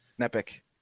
epic